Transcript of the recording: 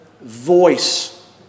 voice